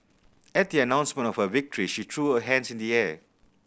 at the announcement of her victory she threw her hands in the air